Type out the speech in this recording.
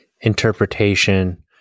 interpretation